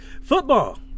football